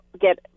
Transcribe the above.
get